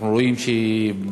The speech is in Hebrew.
אנחנו רואים שתפקידה,